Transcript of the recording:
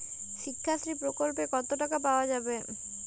শিক্ষাশ্রী প্রকল্পে কতো টাকা পাওয়া যাবে?